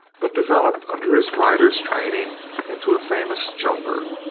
but developed under his rider's training into a famous jumper.